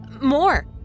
More